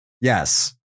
yes